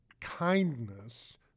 kindness